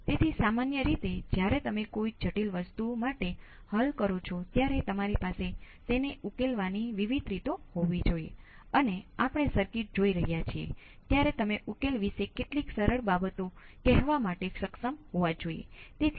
તેથી મેં જે રીતે I R ને અંકિત કર્યો છે તે 2 મિલિએમ્પ્સ છે તેથી હવે તમે જાણો છો સ્ટેપ લાગુ કર્યા પછી તરત જ તે શું છે